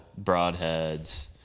Broadheads